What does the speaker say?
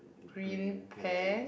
green pants